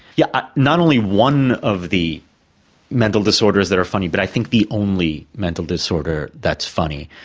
yeah ah not only one of the mental disorders that are funny, but i think the only mental disorder that's funny.